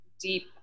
deep